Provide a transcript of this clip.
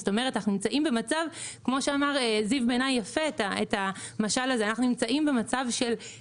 זאת אומרת אנחנו נמצאים במצב כפי שאמר זיו יפה את המשל הזה של חוסר.